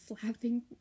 slapping